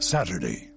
Saturday